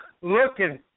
looking